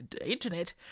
internet